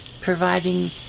providing